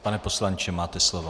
Pane poslanče, máte slovo.